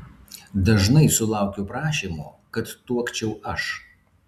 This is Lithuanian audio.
dažnai sulaukiu prašymų kad tuokčiau aš